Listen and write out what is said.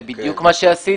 זה בדיוק מה שעשיתי,